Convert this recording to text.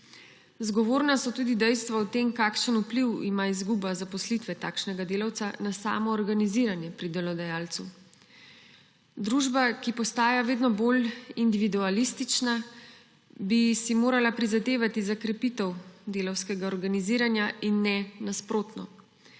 Zgovorna so tudi dejstva o tem, kakšen vpliv ima izguba zaposlitve takšnega delavca na samo organiziranje pri delodajalcu. Družba, ki postaja vedno bolj individualistična, bi si morala prizadevati za krepitev delavskega organiziranja in ne nasprotno.